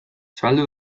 zabaldu